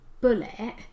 bullet